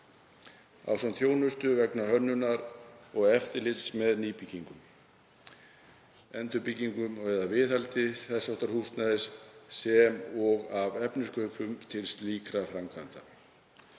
ásamt þjónustu vegna hönnunar og eftirlits með nýbyggingu, endurbyggingu eða viðhaldi þess háttar húsnæðis sem og af efniskaupum til slíkra framkvæmda.